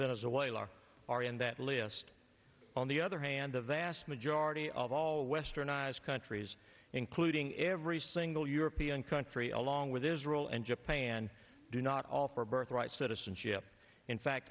venezuela are in that list on the other hand the vast majority of all westernized countries including every single european country along with israel and japan do not offer birthright citizenship in fact